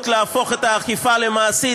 קחו לדוגמה אדם שנרפא מסרטן,